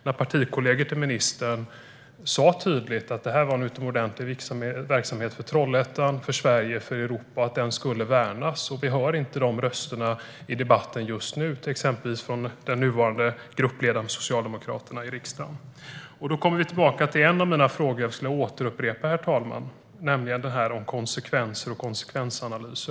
Då sa partikollegor till ministern tydligt att detta var en utomordentligt viktig verksamhet för Trollhättan, för Sverige och för Europa, och att den skulle värnas. Vi hör inte de rösterna i debatten just nu, exempelvis från den nuvarande gruppledaren för Socialdemokraterna i riksdagen. Herr talman! Jag skulle vilja återupprepa en av mina frågor, nämligen den om konsekvenser och konsekvensanalys.